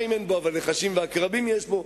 אבל נחשים ועקרבים יש בו.